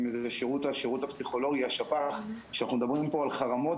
אם זה השירות הפסיכולוגי שאנחנו מדברים פה על חרמות,